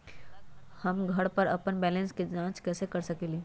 हम घर पर अपन बैलेंस कैसे जाँच कर सकेली?